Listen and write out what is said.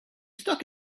stuck